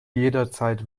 jederzeit